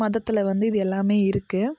மதத்தில் வந்து இது எல்லாம் இருக்கு